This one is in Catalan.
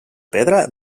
pedra